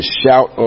shout